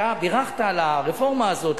אתה בירכת על הרפורמה הזאת,